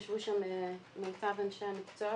ישבו שם מיטב אנשי המקצוע,